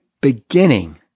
beginning